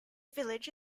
village